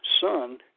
son